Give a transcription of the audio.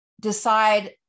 decide